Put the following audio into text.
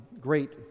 great